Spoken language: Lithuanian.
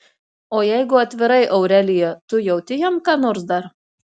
o jeigu atvirai aurelija tu jauti jam ką nors dar